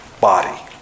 body